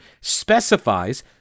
specifies